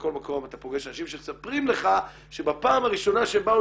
בכל מקום אתה פוגש אנשים שמספרים לך שבפעם הראשונה שהם באו